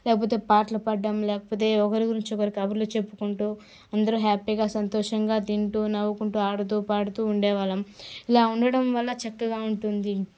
లేకపోతే పాటలు పాడడం లేకపోతే ఒకరి గురించి ఒకరు కబుర్లు చెప్పుకుంటూ అందరూ హ్యాపీగా సంతోషంగా తింటూ నవ్వుకుంటూ ఆడుతూ పాడుతూ ఉండే వాళ్ళము ఇలా ఉండడం వల్ల చక్కగా ఉంటుంది